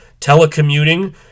telecommuting